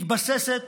מתבססת